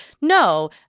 No